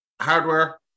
Hardware